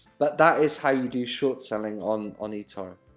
but, that is how you do short selling on on etoro.